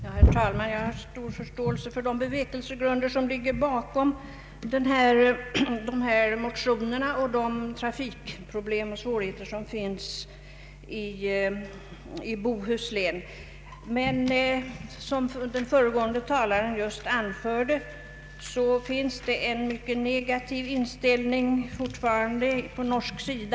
Herr talman! Jag har stor förståelse för de bevekelsegrunder som ligger bakom de motioner det här gäller och för de trafiksvårigheter som råder i Bohuslän. Men som den föregående talaren just framhöll, finns det fortfarande på norsk sida en mycket negativ inställning till en järnvägsbro över Svinesund.